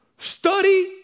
Study